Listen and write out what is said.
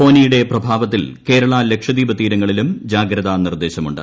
ഫോനിയുടെ പ്രഭാവത്തിൽ ക്കേരള ലക്ഷദ്വീപ് തീരങ്ങളിലും ജാഗ്രത നിർദ്ദേശമുണ്ട്